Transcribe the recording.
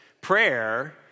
Prayer